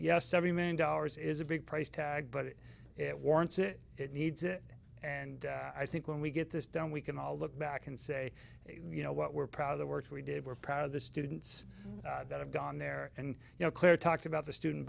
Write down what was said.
yes seventy million dollars is a big price tag but it warrants it it needs it and i think when we get this done we can all look back and say you know what we're proud of the work we did we're proud of the students that have gone there and you know clear talked about the student